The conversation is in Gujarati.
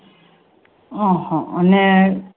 હં હં અને